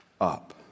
up